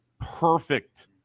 perfect